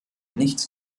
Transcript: nichts